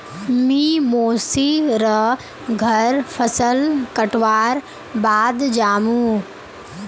मी मोसी र घर फसल कटवार बाद जामु